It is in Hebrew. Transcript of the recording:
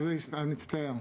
נא לסיים.